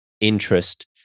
interest